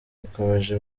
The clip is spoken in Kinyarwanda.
yakomeje